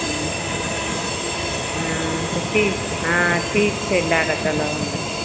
हूँ हूँ तऽ ठीक हँ ठीक छै लैके चलब हमरा